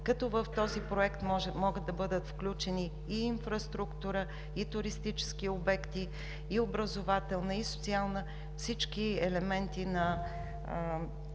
като в този проект могат да бъдат включени и инфраструктура, и туристически обекти, и образователна, и социална. Всички елементи,